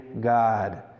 God